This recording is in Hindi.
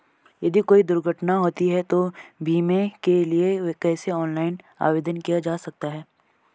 यदि कोई दुर्घटना होती है तो बीमे के लिए कैसे ऑनलाइन आवेदन किया जा सकता है?